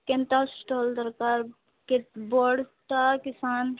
କେମିତି ଷ୍ଟଲ୍ ଦରକାର କେ ବଡ଼ଟା କି ସାନ